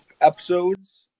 episodes